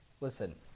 Listen